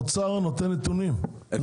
גם נתונים.